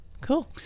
Cool